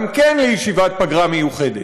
גם כן לישיבת פגרה מיוחדת.